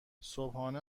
صبحانه